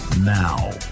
Now